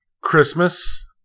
Christmas